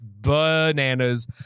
bananas